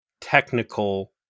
technical